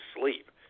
sleep